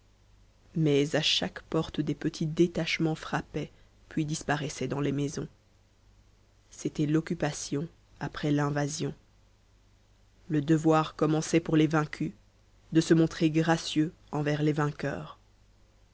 mais à chaque porte des petits détachements frappaient puis disparaissaient dans les maisons c'était l'occupation après l'invasion le devoir commençait pour les vaincus de se montrer gracieux envers les vainqueurs